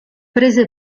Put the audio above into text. prese